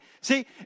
See